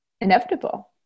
inevitable